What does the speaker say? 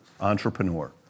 entrepreneur